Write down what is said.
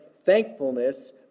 thankfulness